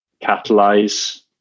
catalyze